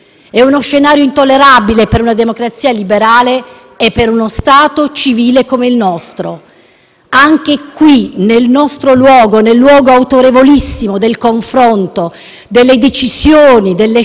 Anche in questa sede, nel luogo autorevolissimo del confronto, delle decisioni e delle scelte, non dobbiamo dire le parole che vincono, ma le parole che salvano.